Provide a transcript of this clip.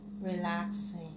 relaxing